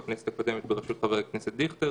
ובכנסת הקודמת בראשות חבר הכנסת דיכטר